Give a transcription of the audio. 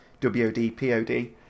WODPOD